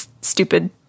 stupid